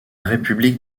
république